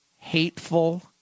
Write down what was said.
Hateful